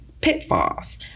pitfalls